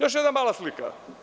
Još jedna mala slika.